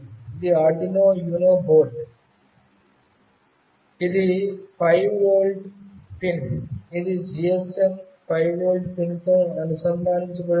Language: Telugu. ఇది ఆర్డునో యునో బోర్డు ఇది 5 వోల్ట్ పిన్ ఇది జిఎస్ఎమ్ 5 వోల్ట్ పిన్తో అనుసంధానించబడి ఉంది